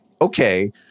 Okay